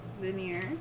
Veneer